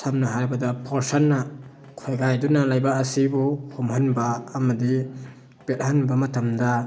ꯁꯝꯅ ꯍꯥꯏꯔꯕꯗ ꯐꯣꯔꯁꯟꯅ ꯈꯣꯏꯒꯥꯏꯗꯨꯅ ꯂꯩꯕꯥꯛ ꯑꯁꯤꯕꯨ ꯐꯨꯝꯍꯟꯕ ꯑꯃꯗꯤ ꯄꯦꯠꯍꯟꯕ ꯃꯇꯝꯗ